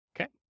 okay